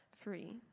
free